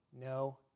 no